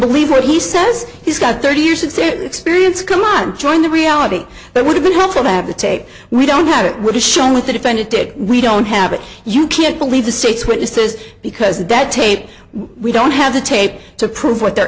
believe what he says he's got thirty years of experience come on join the reality that would have been helpful to have the tape we don't have it will be shown with the defendant did we don't have it you can't believe the state's witnesses because that tape we don't i have the tape to prove what they're